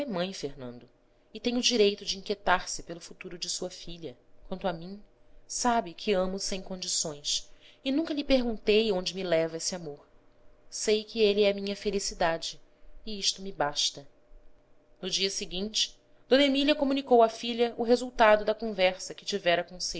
mãe fernando e tem o direito de inquietar se pelo futuro de sua filha quanto a mim sabe que amo sem condições e nunca lhe perguntei onde me leva esse amor sei que ele é minha felicidade e isto me basta no dia seguinte d emília comunicou à filha o resultado da conversa que tivera